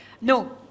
No